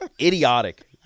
idiotic